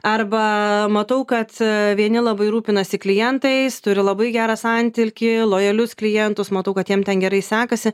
arba matau kad vieni labai rūpinasi klientais turi labai gerą santykį lojalius klientus matau kad jiem ten gerai sekasi